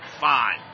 five